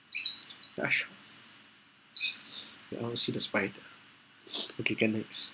I almost see the spider okay go next